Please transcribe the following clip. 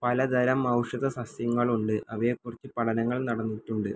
പലതരം ഔഷധസസ്യങ്ങളുണ്ട് അവയെക്കുറിച്ച് പഠനങ്ങൾ നടന്നിട്ടുണ്ട്